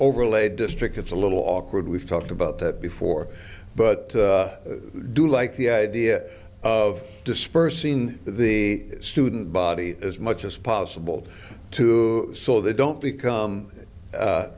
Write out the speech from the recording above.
overlay district it's a little awkward we've talked about that before but i do like the idea of dispersing the student body as much as possible to so they don't become